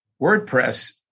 WordPress